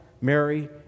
Mary